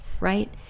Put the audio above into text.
right